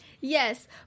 Yes